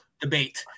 debate